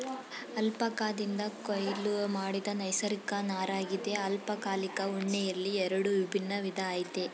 ಅಲ್ಪಕಾದಿಂದ ಕೊಯ್ಲು ಮಾಡಿದ ನೈಸರ್ಗಿಕ ನಾರಗಿದೆ ಅಲ್ಪಕಾಲಿಕ ಉಣ್ಣೆಯಲ್ಲಿ ಎರಡು ವಿಭಿನ್ನ ವಿಧ ಆಯ್ತೆ